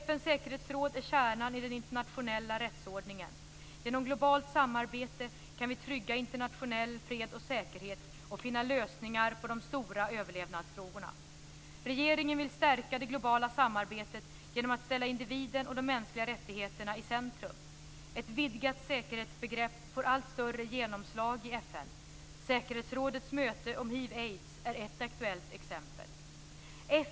FN:s säkerhetsråd är kärnan i den internationella rättsordningen. Genom globalt samarbete kan vi trygga internationell fred och säkerhet och finna lösningar på de stora överlevnadsfrågorna. Regeringen vill stärka det globala samarbetet genom att ställa individen och de mänskliga rättigheterna i centrum. Ett vidgat säkerhetsbegrepp får allt större genomslag i FN. Säkerhetsrådets möte om hiv/aids är ett aktuellt exempel.